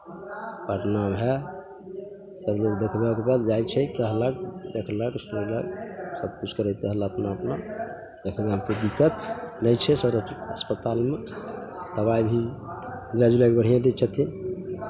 पटनामे हए सभलोग देखबै उखबै लेल जाइ छै कहलक देखलक सुनलक सभकिछु करैत रहल अपना अपना देखबयमे कोइ दिक्कत नहि छै सारा अस्पतालमे दबाइ भी मिलाय जुलाय कऽ बढ़िआँ दै छथिन